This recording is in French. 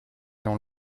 dans